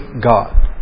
God